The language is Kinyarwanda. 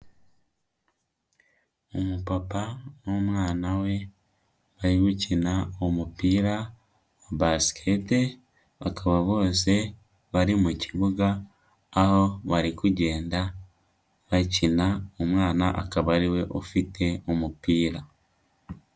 Umupapa n'umwana we bari gukina umupira wa Basket bakaba bose bari mu kibuga aho bari kugenda bakina umwana akaba ariwe ufite umupira.